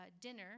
dinner